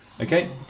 Okay